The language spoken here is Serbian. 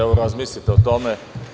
Evo, razmislite o tome.